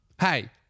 Hey